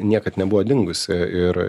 niekad nebuvo dingusi ir